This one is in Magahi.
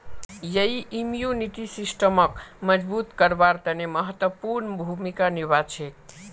यई इम्यूनिटी सिस्टमक मजबूत करवार तने महत्वपूर्ण भूमिका निभा छेक